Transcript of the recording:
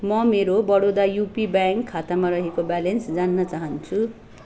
म मेरो Baroda UP bank खातामा रहेको ब्यालेन्स जान्न चाहन्छु